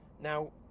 Now